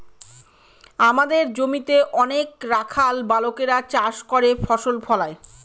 আমাদের জমিতে অনেক রাখাল বালকেরা চাষ করে ফসল ফলায়